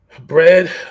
bread